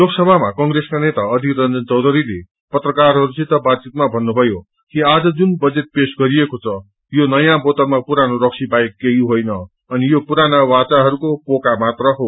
लोकसभामा कंग्रेसका नेता अधरीर रंजन चखैण्धरीले पत्रकारहरूसित बातचितमा भन्नुभयो कि आज जुन बजेट पेश गरिएको छ यो नयाँ बोतलमा पुरानो रक्सी बाहेक केही होईन अनि यो पुराना वाचाहरूको पोका मात्र हो